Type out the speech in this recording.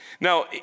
Now